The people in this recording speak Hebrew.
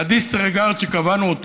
ה-disregard שקבענו,